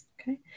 Okay